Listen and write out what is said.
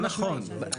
אני